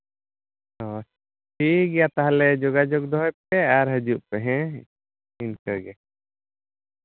ᱦᱳᱭ ᱴᱷᱤᱠ ᱜᱮᱭᱟ ᱛᱟᱦᱚᱞᱮ ᱡᱳᱜᱟᱡᱳᱜᱽ ᱫᱚᱦᱚᱭ ᱯᱮ ᱟᱨ ᱦᱤᱡᱩᱜ ᱯᱮ ᱦᱮᱸ ᱤᱱᱠᱟᱹ ᱜᱮ